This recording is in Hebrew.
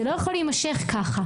זה לא יכול להימשך ככה.